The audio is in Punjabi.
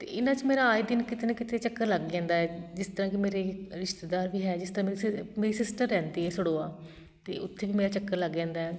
ਅਤੇ ਇਹਨਾਂ 'ਚ ਮੇਰਾ ਆਏ ਦਿਨ ਕਿਤੇ ਨਾ ਕਿਤੇ ਚੱਕਰ ਲੱਗ ਜਾਂਦਾ ਜਿਸ ਤਰ੍ਹਾਂ ਕਿ ਮੇਰੇ ਰਿਸ਼ਤੇਦਾਰ ਵੀ ਹੈ ਜਿਸ ਤਰ੍ਹਾਂ ਮੇਰੇ ਸਿ ਮੇਰੀ ਸਿਸਟਰ ਰਹਿੰਦੀ ਹੈ ਸੜੋਆ ਅਤੇ ਉੱਥੇ ਵੀ ਮੇਰਾ ਚੱਕਰ ਲੱਗ ਜਾਂਦਾ